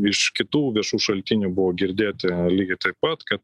iš kitų viešų šaltinių buvo girdėti lygiai taip pat kad